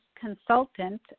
consultant